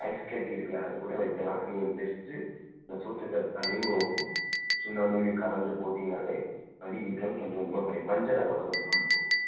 ice கட்டி இருக்குல்ல அதுக் கூட வைக்கலாம் நீங்கள் பெஸ்ட்டு இந்த சோற்று கற்றாலையும் சுண்ணாம்பையும் கலந்துப் போட்டீங்கன்னாலே மடி வீக்கம் கொஞ்ச கொஞ்சமாக குறையும் மஞ்சள் அதோடய கொஞ்சம் கலந்துக்கோங்க